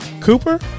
Cooper